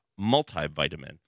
multivitamin